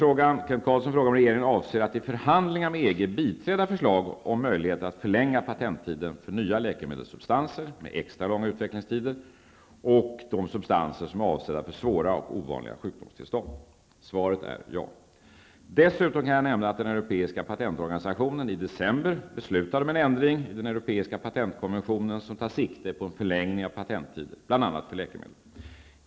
Kent Carlsson frågar om regeringen avser att i förhandlingar med EG biträda förslag om möjligheter att förlänga patenttiden för nya läkemedelssubstanser med extra långa utvecklingstider och de substanser som är avsedda för svåra och ovanliga sjukdomstillstånd. Svaret är ja. Dessutom kan jag nämna att den Europeiska patentorganisationen, EPO, i december beslutade om en ändring i den europeiska patentkonventionen, som tar sikte på en förlängning av patenttider bl.a. för läkemedel.